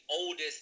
oldest